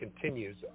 continues